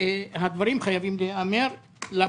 הדברים חייבים להיאמר לפרוטוקול.